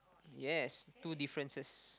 yes two differences